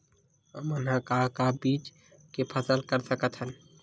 हमन ह का का बीज के फसल कर सकत हन?